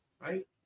right